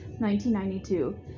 1992